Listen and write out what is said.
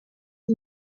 来自